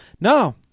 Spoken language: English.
No